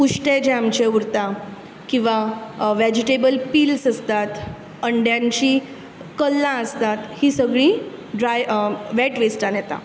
उश्टें जें आमचे उरता किंवा वेजिटेबल्स पिल्स आसतात अंड्यांची कल्लां आसतात हीं कळीं ड्राय वेट वेस्टान येता